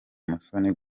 musoni